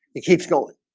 it keeps going